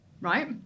right